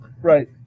Right